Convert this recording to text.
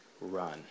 Run